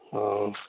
ہاں